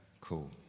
Cool